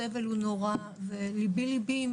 הסבל הוא נורא וליבי ליבי,